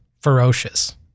ferocious